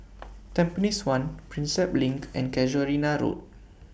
Tampines one Prinsep LINK and Casuarina Road